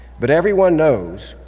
but everyone knows,